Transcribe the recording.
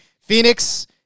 Phoenix